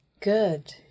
Good